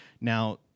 Now